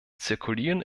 zirkulieren